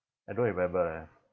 I don't remember leh